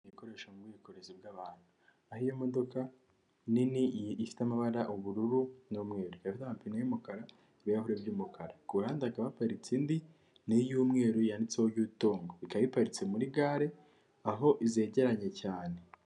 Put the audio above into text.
Imodoka ikoreshwa mu bwikorezi bw'abantu, aho iyo imodokadoka nini ifite amabara ubururu n'umweru, ikaba ifite amapine y'umukara, ibirahure by'umukara, ku ruhande hakaba haparitse indi ni iy'umweru yanditseho Yutongo, bikaba biparitse muri gare aho zegeranye cyane.